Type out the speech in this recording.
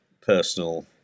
personal